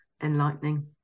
enlightening